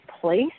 place